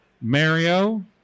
Mario